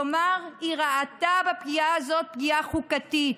כלומר, היא ראתה בפגיעה הזאת פגיעה חוקתית.